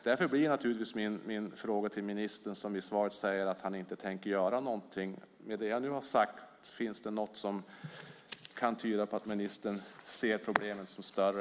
Därför vill jag ställa en fråga till ministern, som i svaret säger att han inte tänker göra någonting. Med det jag nu har sagt, finns det någonting som gör att ministern kan se att problemet är större?